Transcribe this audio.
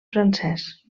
francès